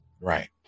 Right